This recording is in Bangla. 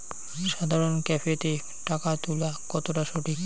সাধারণ ক্যাফেতে টাকা তুলা কতটা সঠিক?